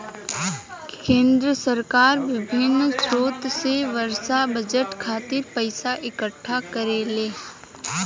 केंद्र सरकार बिभिन्न स्रोत से बार्षिक बजट खातिर पइसा इकट्ठा करेले